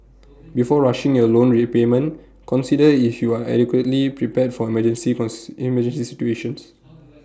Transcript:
before rushing your loan repayment consider if you are adequately prepared for emergency cons emergency situations